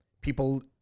people